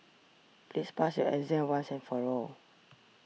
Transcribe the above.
please pass your exam once and for all